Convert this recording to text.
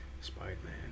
Spider-Man